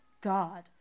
God